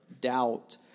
doubt